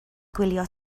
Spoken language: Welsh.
gwylio